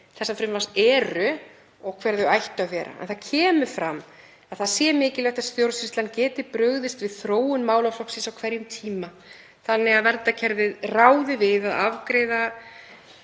markmið frumvarpsins eru og hver þau ættu að vera. Þar kemur fram að mikilvægt sé að stjórnsýslan geti brugðist við þróun málaflokksins á hverjum tíma þannig að verndarkerfið ráði við að afgreiða